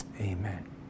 Amen